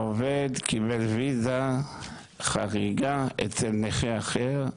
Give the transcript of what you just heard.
העובד קיבל ויזה חריגה אצל נכה אחר,